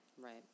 Right